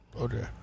Okay